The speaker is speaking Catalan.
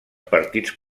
partits